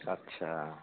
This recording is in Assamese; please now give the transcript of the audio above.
আচ্ছা